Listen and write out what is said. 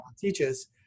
teaches